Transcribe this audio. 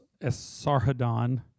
Esarhaddon